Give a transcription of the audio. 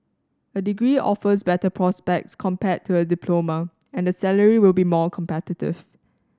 a degree offers better prospects compared to a diploma and the salary will be more competitive